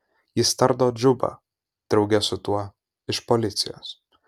jis tardo džubą drauge su tuo iš policijos